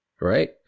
Right